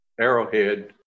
arrowhead